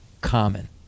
common